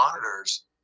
monitors